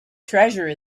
treasure